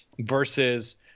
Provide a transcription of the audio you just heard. versus